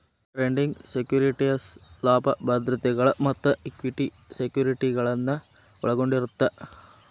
trading securities ಸಾಲ ಭದ್ರತೆಗಳ ಮತ್ತ ಇಕ್ವಿಟಿ ಸೆಕ್ಯುರಿಟಿಗಳನ್ನ ಒಳಗೊಂಡಿರತ್ತ